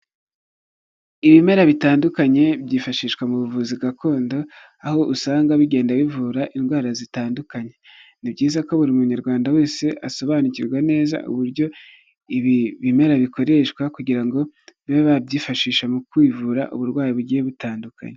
Ibimera bitandukanye byifashishwa mu buvuzi gakondo, aho usanga bigenda bivura indwara zitandukanye. Ni byiza ko buri munyarwanda wese asobanukirwa neza uburyo ibi bimera bikoreshwa, kugira ngo bibe babyifashisha mu kwivura uburwayi bugiye butandukanye.